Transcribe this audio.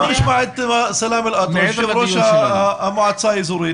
בוא נשמע את סלאמה אלאטרש, יו"ר המועצה האזורית.